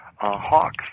hawks